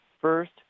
first